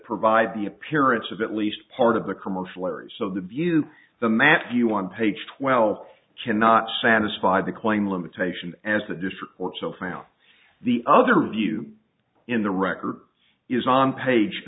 provide the appearance of at least part of the commercial area so the view the map view on page twelve cannot satisfy the claim limitation as the district or so found the other view in the record is on page